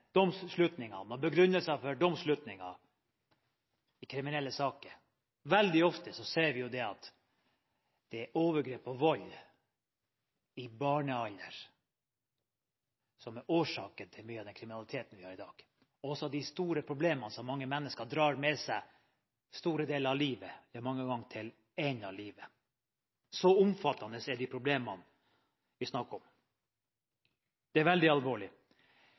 domsslutningene og begrunnelsene for domsslutningene i kriminalsaker. Veldig ofte ser vi at det er overgrep og vold i barnealder som er årsaken til mye av den kriminaliteten vi har i dag. Mange mennesker drar med seg store problemene store deler av livet, ja, mange ganger til enden av livet, så omfattende er de problemene vi snakker om. Det er veldig alvorlig.